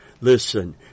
Listen